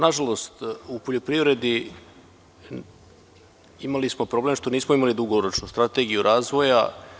Nažalost, u poljoprivredi imali smo problem što nismo imali dugoročnu strategiju razvoja.